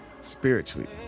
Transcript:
spiritually